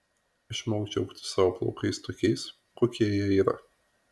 išmok džiaugtis savo plaukais tokiais kokie jie yra